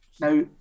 Now